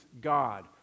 God